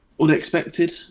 unexpected